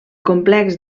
complex